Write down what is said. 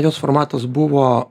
jos formatas buvo